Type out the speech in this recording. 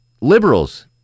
Liberals